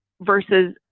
versus